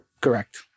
Correct